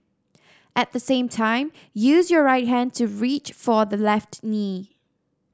at the same time use your right hand to reach for the left knee